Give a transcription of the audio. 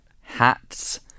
hats